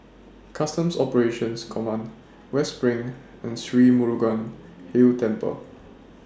Customs Operations Command West SPRING and Sri Murugan Hill Temple